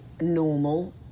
normal